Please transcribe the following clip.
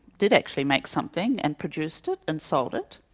did actually make something and produced it and sold it,